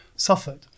suffered